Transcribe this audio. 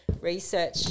research